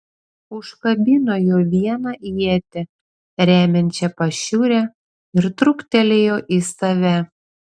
užkabino juo vieną ietį remiančią pašiūrę ir truktelėjo į save